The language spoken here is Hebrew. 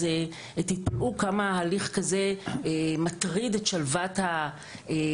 אז תתפלאו כמה הליך כזה מטריד את שלוות הנתבע,